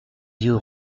yeux